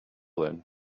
then